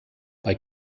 bei